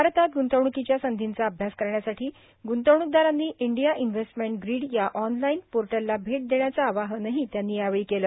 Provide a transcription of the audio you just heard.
भारतात ग्रंतवण्कीच्या संधीचा अभ्यास करण्यासाठी ग्रंतवण्कदारांनी इंडिया इनव्हेस्टमेंट ग्रीड या ऑनलाईन पोर्टला भेट देण्याचं आवाहनही त्यांनी यावेळी केलं